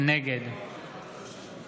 נגד